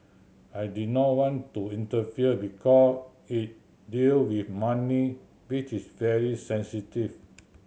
I did not want to interfere because it dealt with money which is very sensitive